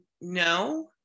no